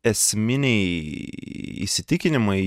esminiai įsitikinimai